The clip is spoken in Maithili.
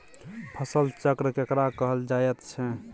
फसल चक्र केकरा कहल जायत छै?